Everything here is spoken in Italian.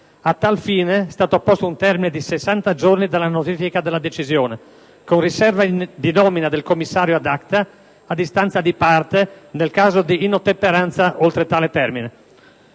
A tal fine è stato posto un termine di 60 giorni dalla notifica della decisione, con riserva di nomina del commissario *ad acta* ad istanza di parte, nel caso di inottemperanza oltre tale termine.